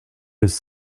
his